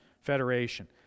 Federation